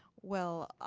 well,